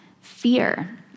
fear